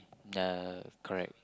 uh correct